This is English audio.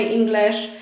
English